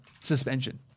suspension